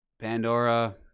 Pandora